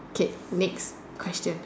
okay next question